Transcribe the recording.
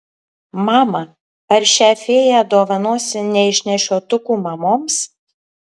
mama ar šią fėją dovanosi neišnešiotukų mamoms